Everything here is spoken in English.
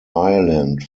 ireland